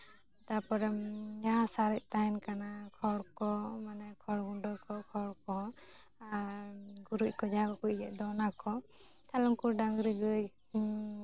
ᱛᱟᱯᱚᱨᱮ ᱡᱟᱦᱟᱸ ᱥᱟᱨᱮᱡ ᱛᱟᱦᱮᱱ ᱠᱟᱱᱟᱠᱷᱚᱲ ᱠᱚ ᱢᱟᱱᱮ ᱠᱷᱚᱲ ᱜᱩᱸᱰᱟᱹ ᱠᱚ ᱠᱷᱚᱲ ᱠᱚᱦᱚᱸ ᱟᱨ ᱜᱩᱨᱤᱡ ᱠᱚ ᱫᱟᱦᱟᱸ ᱠᱚᱠᱚ ᱤᱡᱮᱫ ᱫᱚ ᱚᱱᱟ ᱠᱚ ᱛᱟᱞᱚᱦᱮ ᱩᱱᱠᱩ ᱰᱟᱝᱨᱤ ᱜᱟᱹᱭ